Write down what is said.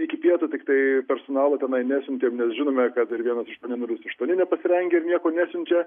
iki pietų tiktai personalo tenai nesiuntėm nes žinome kad dar vienas ašuoni nulis aštuoni nepasirengę ir nieko nesiunčia